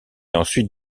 ensuite